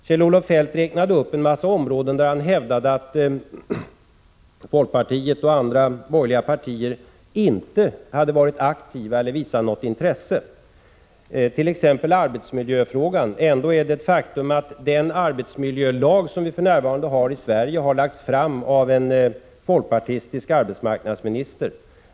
Kjell-Olof Feldt räknade upp en massa områden där han hävdade att folkpartiet och andra borgerliga partier inte hade varit aktiva eller visat något intresse, t.ex. arbetsmiljöfrågan. Ändå är det ett faktum att den arbetsmiljölag som vi för närvarande har i Sverige har lagts fram av en folkpartistisk arbetsmarknadsminister.